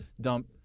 dump